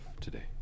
today